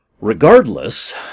Regardless